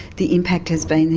the impact has been.